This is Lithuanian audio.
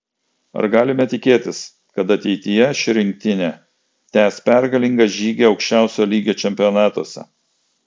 ar galime tikėtis kad ateityje ši rinktinė tęs pergalingą žygį aukščiausio lygio čempionatuose